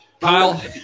Kyle